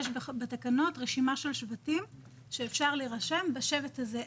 יש בתקנות רשימה של שבטים שאפשר להירשם בשבט הזה.